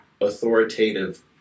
authoritative